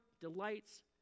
delights